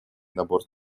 набор